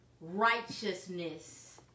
righteousness